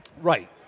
right